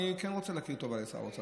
אני כן רוצה להכיר טובה לשר האוצר.